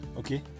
Okay